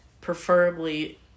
Preferably